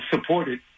supported